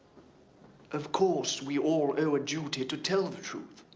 of course we all owe a duty to tell the truth.